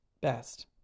best